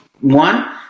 One